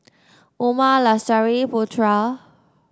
Umar Lestari Putra